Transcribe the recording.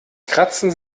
kratzen